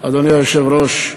אדוני היושב-ראש,